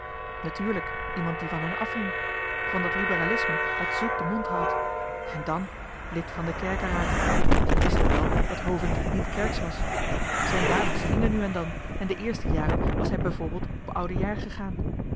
natuurlijk iemand die van hen afhing van dat liberalisme dat zoet den mond houdt en dan lid van den kerkeraad ze wisten nu wel dat hovink niet kerksch was zijn dames gingen nu en dan en de eerste jaren was hij bijvoorbeeld op oudejaar gegaan